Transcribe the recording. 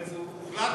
הרי זה הוחלט